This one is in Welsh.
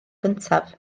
gyntaf